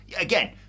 again